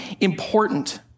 important